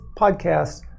podcasts